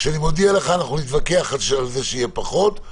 כשאני מוגיע לך שאנחנו נתווכח על כך שיהיה פחות.